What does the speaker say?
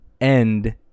end